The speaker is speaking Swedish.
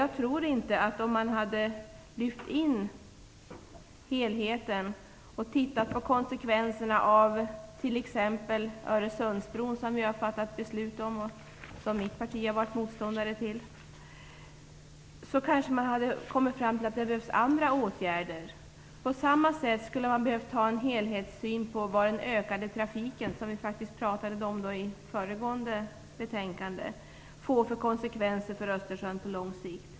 Om man hade lyft in helheten och tittat på konsekvenserna av t.ex. Öresundsbron, som vi har fattat beslut om och som mitt parti har varit motståndare till, tror jag att man kanske hade kommit fram till att det behövs andra åtgärder. På samma sätt skulle man ha behövt ha en helhetssyn på vad den ökade trafiken, som vi pratade om med anledning av föregående betänkande, får för konsekvenser för Östersjön på lång sikt.